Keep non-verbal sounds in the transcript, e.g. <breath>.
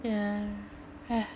yeah <breath>